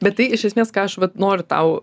bet tai iš esmės ką aš vat noriu tau